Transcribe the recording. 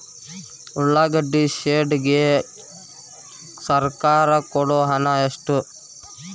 ಉಳ್ಳಾಗಡ್ಡಿ ಶೆಡ್ ಗೆ ಸರ್ಕಾರ ಕೊಡು ಹಣ ಎಷ್ಟು?